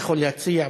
יכול להציע,